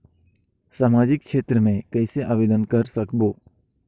समाजिक क्षेत्र मे कइसे आवेदन कर सकबो?